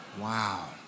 Wow